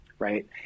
right